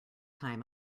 time